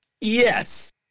Yes